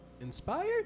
Inspired